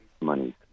money